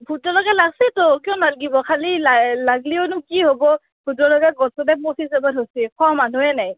vote জলকীয়া লাগিছে তো কিয় নালাগিব খালি লা লাগিলেওনো কি হ'ব ভোট জলকীয়া গছতে পচি যাব ধৰিছে খোৱা মানুহেই নাই